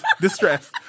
distress